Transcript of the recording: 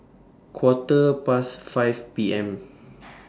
Quarter Past five P M